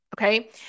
okay